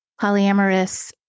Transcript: polyamorous